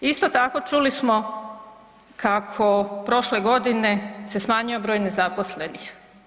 Isto tako čuli smo kako prošle godine se smanjio broj nezaposlenih.